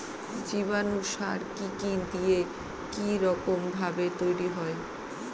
জীবাণু সার কি কি দিয়ে কি রকম ভাবে তৈরি হয়?